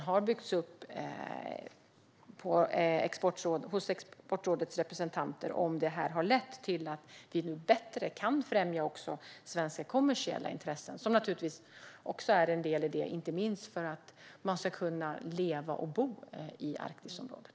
Har kompetensen hos Exportrådets representanter byggts upp, och har det lett till att vi nu bättre kan främja också svenska kommersiella intressen, som är en viktig faktor för att man ska kunna leva och bo i Arktisområdet?